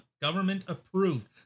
government-approved